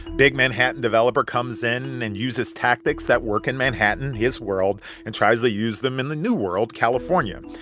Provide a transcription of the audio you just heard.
big manhattan developer comes in and uses tactics that work in manhattan, his world, and tries to use them in the new world, california.